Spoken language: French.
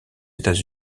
états